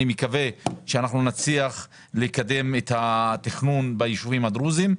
אני מקווה שנצליח לקדם את התכנון ביישובים הדרוזים.